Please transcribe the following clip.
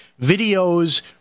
videos